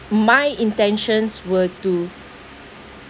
my intentions were to